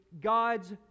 God's